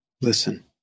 listen